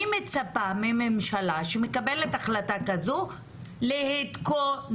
אני מצפה מממשלה שמקבלת החלטה כזו להתכונן,